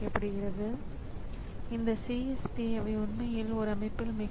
எப்படி கம்ப்யூட்டர் சிஸ்டத்தின் கூறுகள் அமைக்கப்பட்டுள்ளன